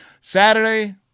Saturday